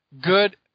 Good